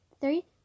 three